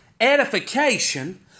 edification